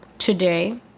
Today